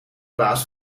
baas